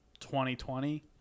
2020